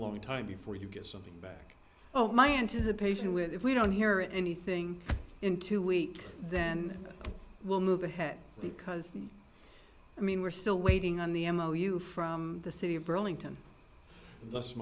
long time before you get something back oh my anticipation with if we don't hear anything in two weeks then we'll move ahead because i mean we're still waiting on the m o u from the city of burlington just